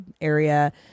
area